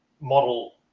model